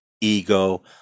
ego